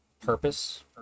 purpose